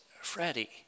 Freddie